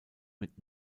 mit